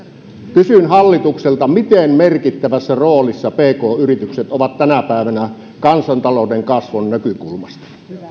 kysyn hallitukselta miten merkittävässä roolissa pk yritykset ovat tänä päivänä kansantalouden kasvun näkökulmasta